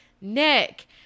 Nick